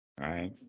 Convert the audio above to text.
right